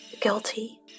guilty